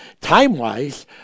time-wise